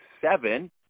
seven